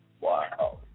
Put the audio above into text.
Wow